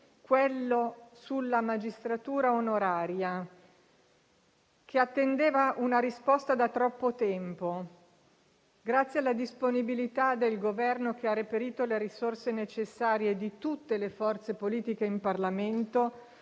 quella sulla magistratura onoraria, che attendeva una risposta da troppo tempo. Grazie alla disponibilità del Governo che ha reperito le risorse necessarie, e di tutte le forze politiche in Parlamento,